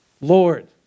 Lord